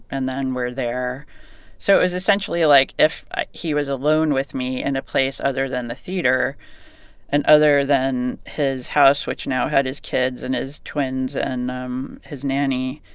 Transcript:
and then we're there so it was essentially, like, if he was alone with me in a place other than the theater and other than his house, which now had his kids and his twins and um his nanny